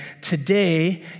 Today